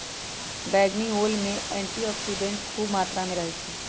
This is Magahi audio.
बइगनी ओल में एंटीऑक्सीडेंट्स ख़ुब मत्रा में रहै छइ